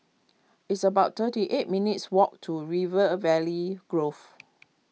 it's about thirty eight minutes' walk to River Valley Grove